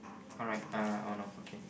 alright uh oh no okay